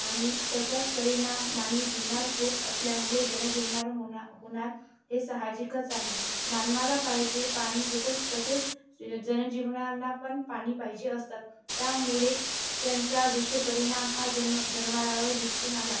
आणि त्याचाच परिणाम मानवी जीवनावर होत असल्यामुळे जनजीवनावर होना होणार साहजिकच आहे मानवाला पाहिजे पाणी जसंच तसेच जन जीवनाला पण पाणी पाहिजे असतात त्यामुळे त्यांचा दुष्परिणाम हा जन्व जनावरांवर दिसून आला